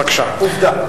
עובדה.